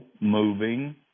moving